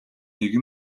нэг